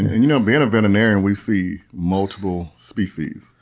you know being a veterinarian, we see multiple species.